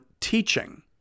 teaching